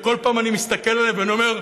וכל פעם אני מסתכל עליהם ואני אומר,